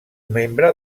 membre